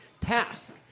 task